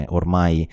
ormai